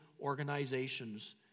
organizations